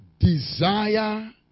Desire